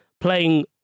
playing